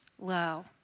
low